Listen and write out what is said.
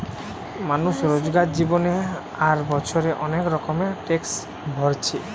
মানুষ রোজকার জীবনে আর বছরে অনেক রকমের ট্যাক্স ভোরছে